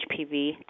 HPV